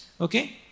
Okay